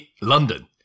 London